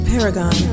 Paragon